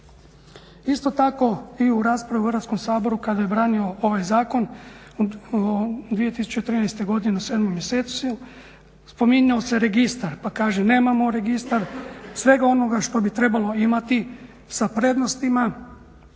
Isto tako i u raspravi u Hrvatskom saboru kada je branio ovaj zakon 2013. godine u 7 mjesecu spominjao se registar, pa kaže nemamo registar. Svega onoga što bi trebalo imati sa prednostima